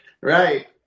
Right